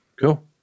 cool